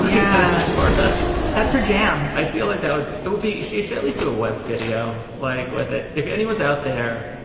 yeah ah that's her jam. i feel like that would it would be she should at least do a web video like with it if anyone's out there.